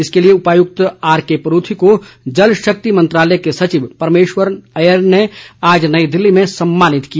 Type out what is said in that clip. इसके लिए उपायुक्त आरके परूथी को जल शक्ति मंत्रालय के सचिव परमेश्वरन अययर ने आज नई दिल्ली में सम्मानित किया